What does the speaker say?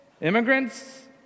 immigrants